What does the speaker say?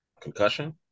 concussion